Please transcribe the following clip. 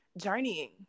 journeying